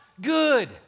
good